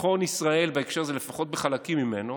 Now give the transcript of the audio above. ביטחון ישראל בהקשר הזה, לפחות בחלקים ממנו,